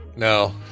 No